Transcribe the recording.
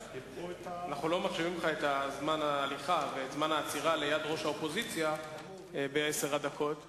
שאלתי היום מדוע ראש הממשלה רוצה להביא תקציב לשנתיים או לכמעט שנתיים.